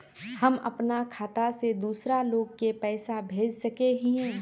हम अपना खाता से दूसरा लोग के पैसा भेज सके हिये?